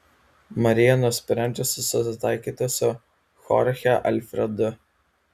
marija nusprendžia susitaikyti su chorche alfredu